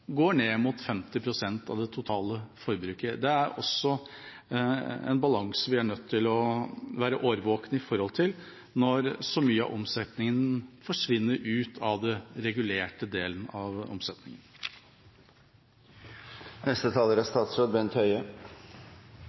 går ned mot 50 pst. av det totale forbruket. Det er også en balanse vi er nødt til å være årvåkne i forhold til, når så mye av omsetningen forsvinner ut av den regulerte delen av